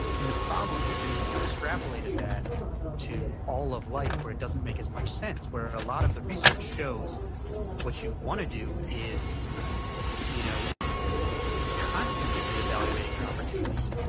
and the problem has been we've extrapolated that to all of life where it doesn't make as much sense. where a lot of the research shows what you want to do is you know constantly be evaluating your opportunities.